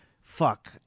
fuck